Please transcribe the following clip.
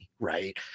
right